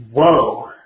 Whoa